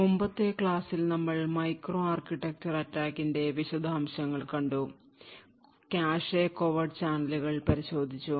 മുമ്പത്തെ ക്ലാസിൽ ഞങ്ങൾ മൈക്രോ ആർക്കിടെക്ചർ attck ന്റെ വിശദാംശങ്ങൾ കണ്ടു cache covert ചാനലുകൾ പരിശോധിച്ചു